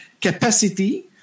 capacity